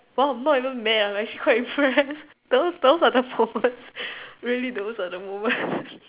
!wow! I'm not even mad I'm actually quite impressed those those are the moments really those are the moment